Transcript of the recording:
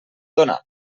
donar